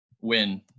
win